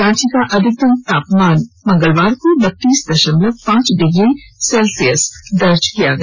रांची का अधिकतम तापमान मंगलवार को बत्तीस दशमलव पांच डिग्री दर्ज किया गया